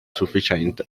sufficiente